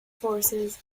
forces